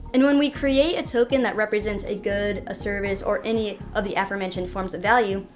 and when we create a token that represents a good, a service, or any of the aforementioned forms of value,